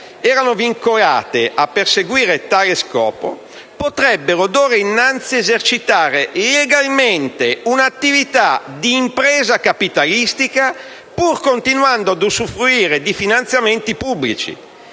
erano vincolate a perseguire tale scopo, potrebbero d'ora innanzi esercitare legalmente un'attività di impresa capitalistica, pur continuando ad usufruire di finanziamenti pubblici.